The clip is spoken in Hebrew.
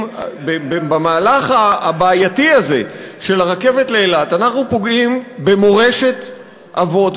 במהלך הבעייתי הזה של הרכבת לאילת אנחנו פוגעים במורשת אבות,